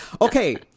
Okay